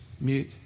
mute